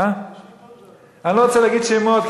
אני לא רוצה להגיד שמות,